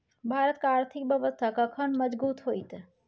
भारतक आर्थिक व्यवस्था कखन मजगूत होइत?